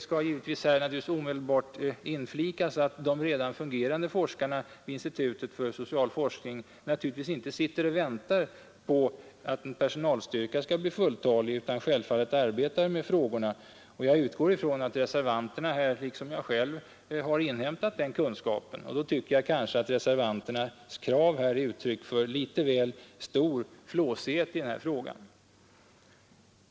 Det skall här omedelbart inflikas att de redan fungerande forskarna vid institutet för social forskning naturligtvis inte sitter och väntar på att en personalstyrka skall bli fulltalig utan självfallet arbetar med frågorna. Jag utgår från att reservanterna, liksom jag själv, inhämtat den kunskapen. Och då tycker jag att reservanternas krav här är ett uttryck för väl stor flåsighet.